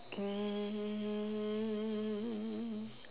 um